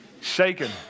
Shaken